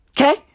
Okay